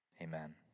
amen